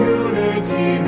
unity